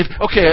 Okay